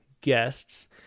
guests